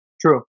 True